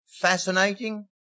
fascinating